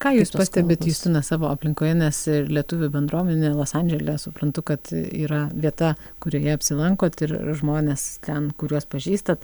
ką jūs pastebit justina savo aplinkoje nes lietuvių bendruomenė los andžele suprantu kad yra vieta kurioje apsilankot ir žmonės ten kuriuos pažįstat